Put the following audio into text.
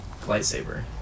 Lightsaber